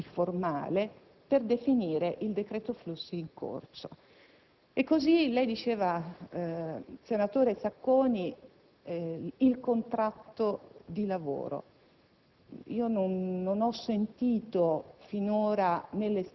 correttezza politica e formale, per definire il decreto flussi in corso. Lei diceva, senatore Sacconi, del contratto di lavoro.